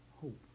Hope